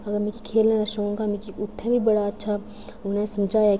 अगर मिगी खेढने दा शौंक होंदा हा मिगी उत्थै बी बड़ा अच्छा समझाया